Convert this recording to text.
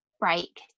break